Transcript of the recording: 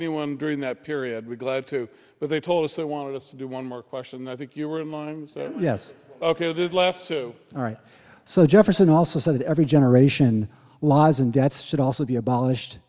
anyone during that period we're glad to but they told us they wanted us to do one more question and i think you were alone and said yes ok the last two all right so jefferson also said every generation laws and debts should also be abolished